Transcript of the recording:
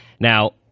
Now